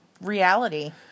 reality